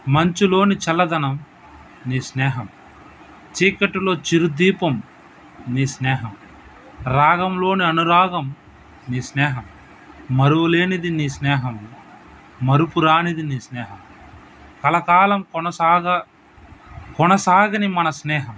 మంచులోని చల్లదనం నీ స్నేహం చీకటిలో చిరుదీపం నీ స్నేహం రాగంలోని అనురాగం నీ స్నేహం మరువలేనిది నీ స్నేహం మరుపురానిది నీ స్నేహం కలకాలం కొనసాగ కొనసాగని మన స్నేహం